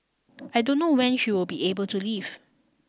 I don't know when she will be able to leave